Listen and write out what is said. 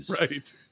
Right